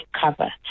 cover